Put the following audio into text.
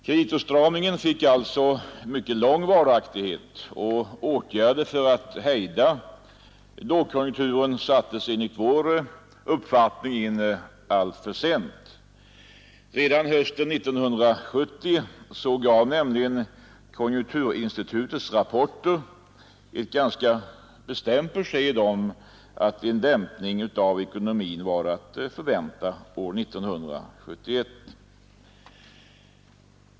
Kreditåtstramningen fick alltså mycket lång varaktighet, och åtgärder för att hejda lågkonjunkturen sattes enligt vår uppfattning in alltför sent. Redan hösten 1970 gav nämligen konjunkturinstitutets rapporter ett ganska bestämt besked om att en vändning av ekonomin var att förvänta år 1971.